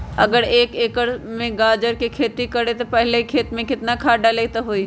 अगर एक एकर में गाजर के खेती करे से पहले खेत में केतना खाद्य डाले के होई?